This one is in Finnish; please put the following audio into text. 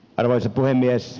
arvoisa puhemies